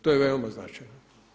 To je veoma značajno.